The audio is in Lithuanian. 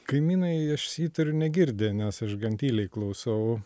kaimynai aš įtariu negirdi nes aš gan tyliai klausau